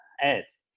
ads